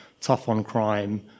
tough-on-crime